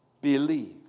believe